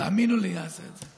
תאמינו לי, אעשה את זה.